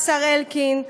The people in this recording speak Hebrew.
השר אלקין,